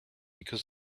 because